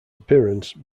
appearance